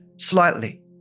slightly